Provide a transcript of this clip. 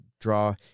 draw